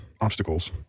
obstacles